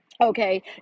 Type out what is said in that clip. Okay